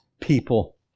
people